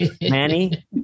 Manny